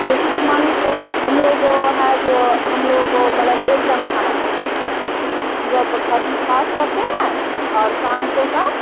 जैसे कि मान लीजिए हम लोगों को है जो हम लोगों को मतलब एक टैम खाना खाते हैं सुबह भर दिन उपास करते हैं और शाम को शाम